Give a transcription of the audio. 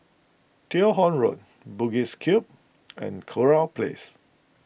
Teo Hong Road Bugis Cube and Kurau Place